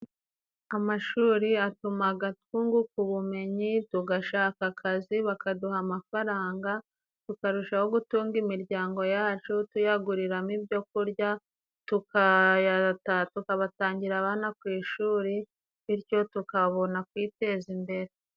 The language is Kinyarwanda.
Amashuri atumaga twunguka ubumenyi tugashaka akazi bakaduha amafaranga tukarushaho gutunga imiryango yacu tuyaguriramo ibyo kurya tukayata tukabatangira abana ku ishuri bityo tukabona kwiteza imbere.